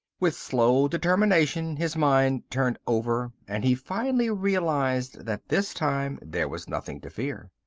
with slow determination his mind turned over and he finally realized that this time there was nothing to fear.